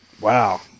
Wow